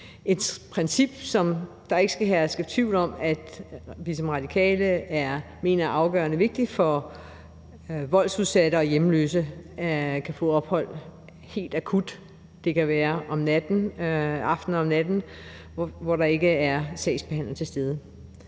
et princip, som der ikke skal herske tvivl om at vi i Radikale mener er afgørende vigtigt for, at voldsudsatte og hjemløse kan få ophold helt akut. Det kan være om aftenen og om natten, hvor der ikke er sagsbehandlere til stede.